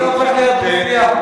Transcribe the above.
תקשיב.